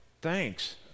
Thanks